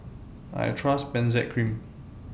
I Trust Benzac Cream